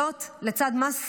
זאת, לצד מס פחמן,